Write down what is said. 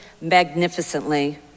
magnificently